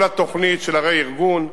כל התוכנית של הרה-ארגון,